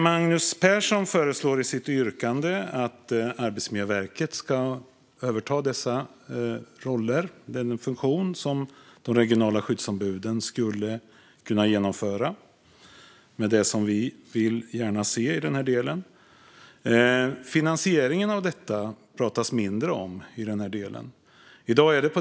Magnus Persson föreslår i sitt yrkande att Arbetsmiljöverket ska överta den funktion som de regionala skyddsombuden skulle kunna fylla när det gäller det vi gärna vill se på detta område. Det talas mindre om finansieringen av detta.